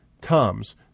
comes